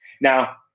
Now